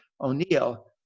O'Neill